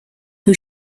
who